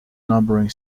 numbering